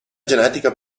genetica